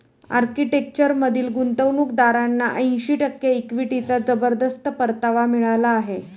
आर्किटेक्चरमधील गुंतवणूकदारांना ऐंशी टक्के इक्विटीचा जबरदस्त परतावा मिळाला आहे